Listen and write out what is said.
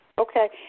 Okay